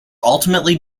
ultimately